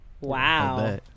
Wow